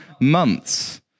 months